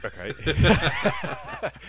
okay